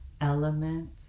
element